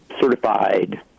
certified